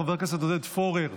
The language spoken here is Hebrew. חבר הכנסת עודד פורר,